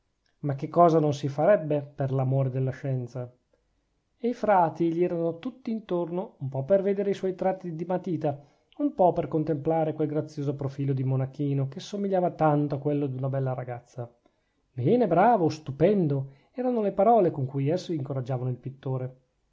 ma che cosa non si farebbe per l'amore della scienza e i frati gli erano tutti intorno un po per vedere i suoi tratti di matita un po per contemplare quel grazioso profilo di monachino che somigliava tanto a quello d'una bella ragazza bene bravo stupendo erano le parole con cui essi incoraggiavano il pittore